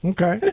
Okay